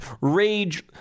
rage